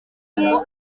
ngo